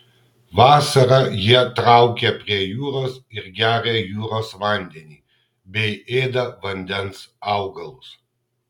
vasarą jie traukia prie jūros ir geria jūros vandenį bei ėda vandens augalus